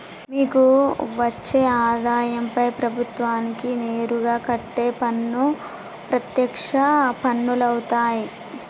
మీకు వచ్చే ఆదాయంపై ప్రభుత్వానికి నేరుగా కట్టే పన్ను ప్రత్యక్ష పన్నులవుతాయ్